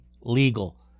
legal